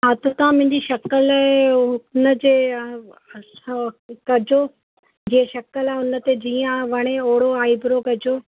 हा त तव्हां मुंहिंजी शकल अहिड़ो हुन जे अच्छा कजो जीअं शकल हुन ते जीअं आहे वणे ओड़ो आइब्रो कजो